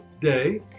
Day